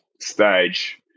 stage